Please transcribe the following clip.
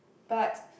but